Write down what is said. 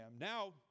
Now